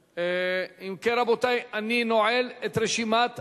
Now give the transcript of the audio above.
אם כן, רבותי, אני נועל את רשימת הדוברים.